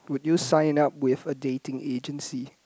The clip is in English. would you sign up with a dating agency